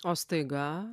o staiga